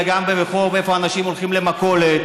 אלא גם ברחוב שבו אנשים הולכים למכולת,